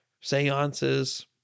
seances